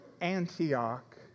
Antioch